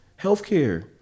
healthcare